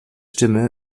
stimme